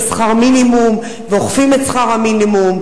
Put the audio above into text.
שכר מינימום ואוכפים את שכר המינימום,